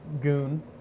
goon